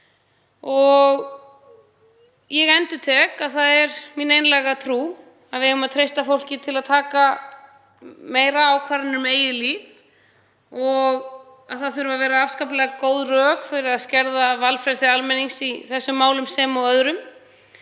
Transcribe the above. Ég endurtek að það er mín einlæga trú að við eigum að treysta fólki til að taka frekari ákvarðanir um eigið líf og að það þurfi að vera afskaplega góð rök fyrir því að skerða valfrelsi almennings í þessum málum sem og öðrum.